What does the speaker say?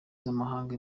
z’amahanga